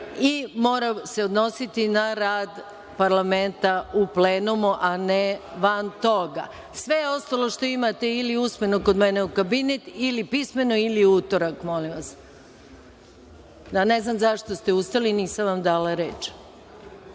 i mora se odnositi na rad parlamenta u plenumu, a ne van toga. Sve ostalo što imate ili usmeno kod mene u kabinet ili pismeno ili u utorak. Ne znam zašto ste ustali, nisam vam dala